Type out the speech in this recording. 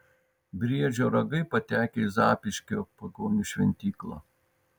briedžio ragai patekę į zapyškio pagonių šventyklą